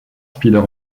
spider